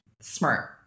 Smart